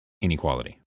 inequality